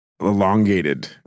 elongated